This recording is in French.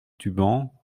tubans